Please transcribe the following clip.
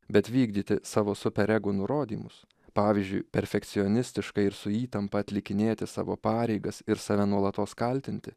bet vykdyti savo super ego nurodymus pavyzdžiui perfekcionistiškai ir su įtampa atlikinėti savo pareigas ir save nuolatos kaltinti